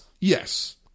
yes